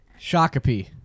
Shakopee